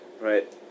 right